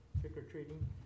trick-or-treating